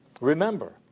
Remember